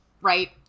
right